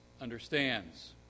understands